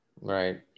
Right